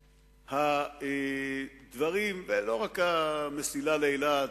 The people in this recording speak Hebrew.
ממש, איך אומרים החבר'ה?